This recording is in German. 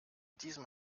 diesem